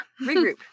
regroup